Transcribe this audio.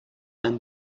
and